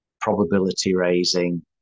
probability-raising